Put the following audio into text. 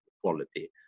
quality